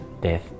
death